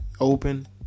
open